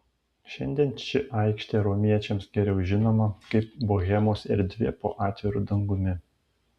šiandien ši aikštė romiečiams geriau žinoma kaip bohemos erdvė po atviru dangumi